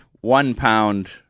one-pound